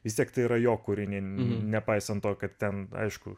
vis tiek tai yra jo kūriniai nepaisant to kad ten aišku